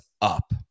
up